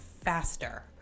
faster